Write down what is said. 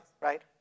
right